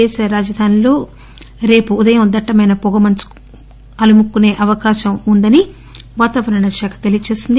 దేశ రాజధానిలో రేపు ఉదయం దట్టమైన వొగమంచు అలుముకునే అవకాశం వుందని వాతావరణ శాఖ తెలియజేసింది